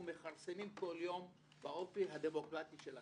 מכרסמים כל יום באופי הדמוקרטי שלכם?